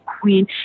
queen